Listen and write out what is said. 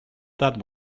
that